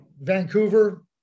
Vancouver